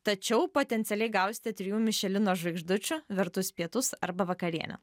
tačiau potencialiai gausite trijų mišelino žvaigždučių vertus pietus arba vakarienę